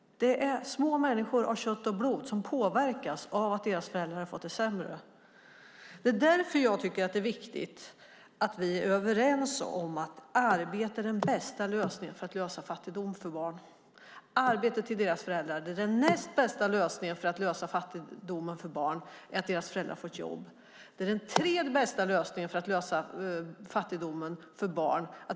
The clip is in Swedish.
De är små människor av kött och blod som påverkas av att deras föräldrar har fått det sämre. Det är därför jag tycker att det är viktigt att vi är överens om att arbete till föräldrarna är den bästa lösningen när det gäller fattigdom hos barn. Att föräldrarna får jobb är den näst bästa lösningen när det gäller fattigdom hos barn. Att föräldrarna får jobb är den tredje bästa lösningen när det gäller fattigdom hos barn.